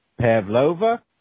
Pavlova